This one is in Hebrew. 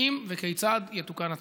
האם וכיצד יתוקן הצו?